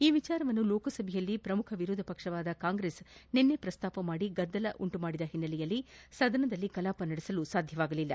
ಈ ವಿಷಯವನ್ನು ಲೋಕಸಭೆಯಲ್ಲಿ ಪ್ರಮುಖ ವಿರೋಧಪಕ್ಷವಾದ ಕಾಂಗ್ರೆಸ್ ನಿನ್ನೆ ಪ್ರಸ್ತಾಪಿಸಿ ಗದ್ದಲ ಉಂಟು ಮಾಡಿದ ಹಿನ್ನೆಲೆಯಲ್ಲಿ ಸದನದ ಕೆಲಾಪ ಸಾಧ್ಯವಾಗಲಿಲ್ಲ